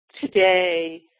today